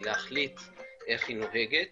להחליט איך היא נוהגת